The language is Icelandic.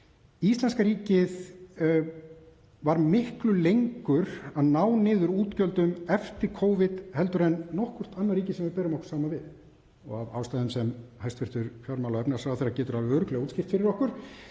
íslenska ríkið var miklu lengur að ná niður útgjöldum eftir Covid heldur en nokkurt annað ríki sem við berum okkur saman við og af ástæðum sem hæstv. fjármála- og efnahagsráðherra getur alveg örugglega útskýrt fyrir okkur.